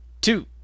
two